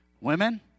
Women